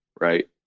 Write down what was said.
right